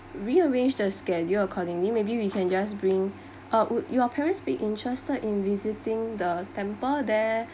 re arrange the schedule accordingly maybe we can just bring uh would your parents be interested in visiting the temple there